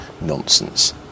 nonsense